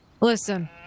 listen